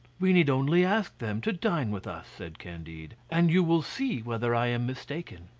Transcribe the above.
we need only ask them to dine with us, said candide, and you will see whether i am mistaken.